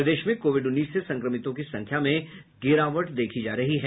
प्रदेश में कोविड उन्नीस से संक्रमितों की संख्या में गिरावट देखी जा रही है